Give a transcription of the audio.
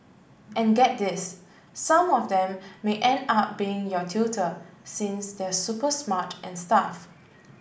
and get this some of them may end up being your tutor since they're super smart and stuff